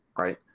right